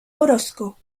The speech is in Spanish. orozco